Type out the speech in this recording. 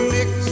Mix